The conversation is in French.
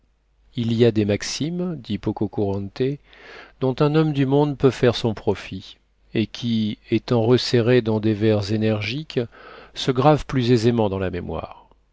il y a des maximes dit pococurante dont un homme du monde peut faire son profit et qui étant resserrées dans des vers énergiques se gravent plus aisément dans la mémoire